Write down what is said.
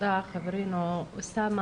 תודה חברים ואוסאמה,